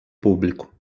público